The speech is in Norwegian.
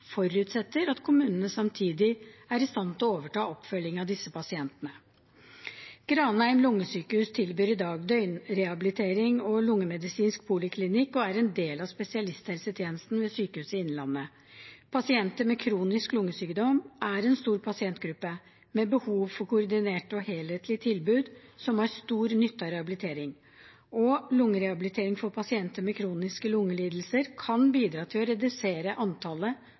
forutsetter at kommunene samtidig er i stand til å overta oppfølgingen av disse pasientene. Granheim lungesykehus tilbyr i dag døgnrehabilitering og lungemedisinsk poliklinikk og er en del av spesialisthelsetjenesten ved Sykehuset Innlandet. Pasienter med kronisk lungesykdom er en stor pasientgruppe, med behov for koordinerte og helhetlige tilbud, som har stor nytte av rehabilitering, og lungerehabilitering for pasienter med kroniske lungelidelser kan bidra til å redusere antallet